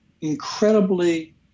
incredibly